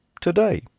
today